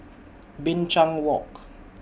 Binchang Walk